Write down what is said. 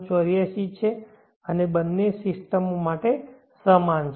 84 છે અને આ બંને સિસ્ટમો માટે સમાન છે